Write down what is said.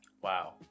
Wow